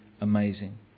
amazing